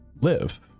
live